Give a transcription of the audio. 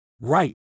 right